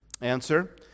Answer